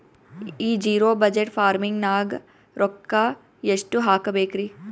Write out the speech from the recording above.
ಈ zero budget farming ನಾಗ್ ರೊಕ್ಕ ಎಷ್ಟು ಹಾಕಬೇಕರಿ?